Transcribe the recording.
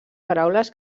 paraules